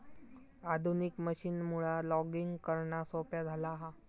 आधुनिक मशीनमुळा लॉगिंग करणा सोप्या झाला हा